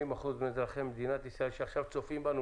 80% מאזרחי מדינת ישראל שעכשיו צופים בנו,